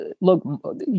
look